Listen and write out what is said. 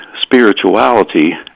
spirituality